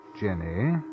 Jenny